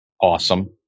awesome